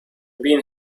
been